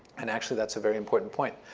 and actually, that's a very important point.